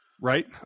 Right